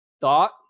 thought